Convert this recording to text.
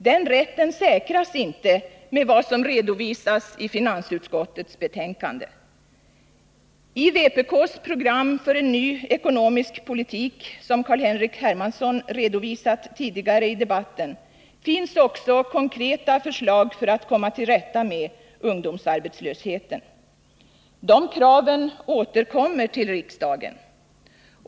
Den rätten säkras inte med vad som redovisas i finansutskottets betänkande. I vpk:s program för en ny ekonomisk politik, som Carl-Henrik Hermansson redovisat tidigare i debatten, finns också konkreta förslag för att komma till rätta med ungdomsarbetslösheten. De kraven återkommer till riksdagen.